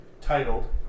titled